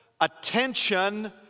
attention